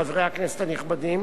חברי הכנסת הנכבדים,